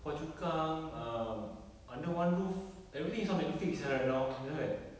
phua chu kang um under one roof everything is on netflix ah right now then I was like